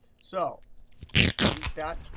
so delete that.